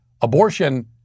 abortion